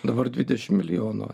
dabar dvidešim milijonų